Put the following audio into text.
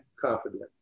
confidence